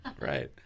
Right